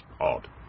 odd